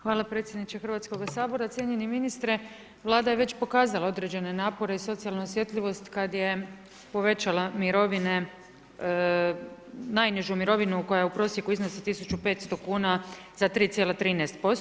Hvala predsjedniče Hrvatskog sabora, cijenjeni ministre, Vlada je već pokazala određene napore i socijalnu osjetljivost kada je povećala mirovine, najnižu mirovinu koja u prosjeku iznosi 1500 kn za 3,13%